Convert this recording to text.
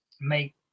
make